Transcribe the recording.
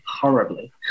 horribly